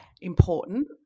important